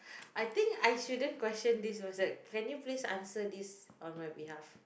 I think I shouldn't question this myself can you please answer this on my behalf